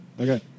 Okay